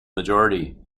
majority